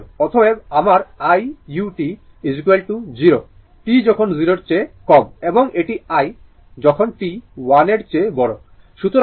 অতএব আমার iut 0 t যখন 0 এর চেয়ে কম এবং এটি i যখন t 1 এর চেয়ে বড়